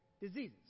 diseases